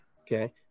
Okay